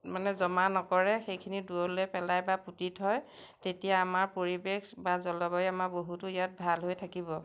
মানে জমা নকৰে সেইখিনি দূৰলৈ পেলাই বা পুতি থয় তেতিয়া আমাৰ পৰিৱেশ বা জলবায়ু আমাৰ বহুতো ইয়াত ভাল হৈ থাকিব